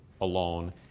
alone